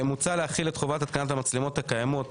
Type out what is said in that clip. מוצע להחיל את חובת התקנת המצלמות הקיימות